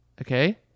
Okay